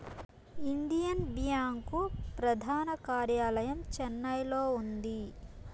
Indian bank ప్రధాన కార్యాలయం చెన్నైలో ఉంది